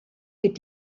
wird